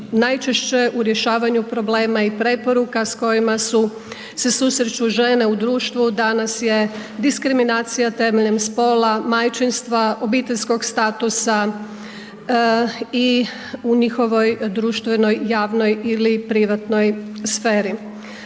najčešće u rješavanju problema i preporuka s kojima su, se susreću žene u društvu, danas je diskriminacija temeljem spola, majčinstva, obiteljskog statusa i u njihovoj društvenoj, javnoj ili privatnoj sferi.